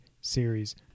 Series